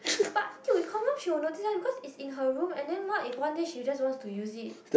but to confirm she was notice like because it's in her room and then what if wonder she just want to use it